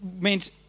Meant